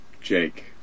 Jake